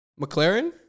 McLaren